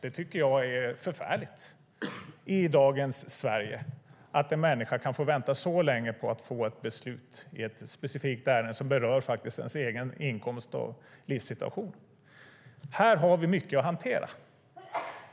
Jag tycker att det är förfärligt att en människa i dagens Sverige kan få vänta så länge på att få ett beslut i ett specifikt ärende som berör hans eller hennes egen inkomst och livssituation. Här har vi mycket att hantera.